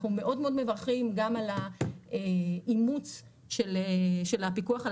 אנחנו מאוד מברכים גם על האימוץ של הפיקוח על